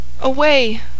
away